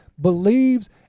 believes